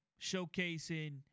showcasing